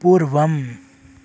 पूर्वम्